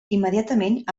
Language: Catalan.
immediatament